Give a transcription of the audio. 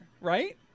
right